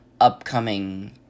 upcoming